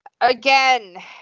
again